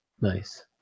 Nice